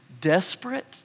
desperate